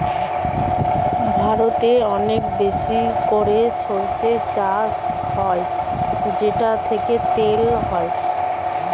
ভারতে অনেক বেশি করে সরষে চাষ হয় যেটা থেকে তেল হয়